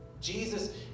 Jesus